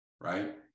right